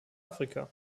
afrika